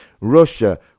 Russia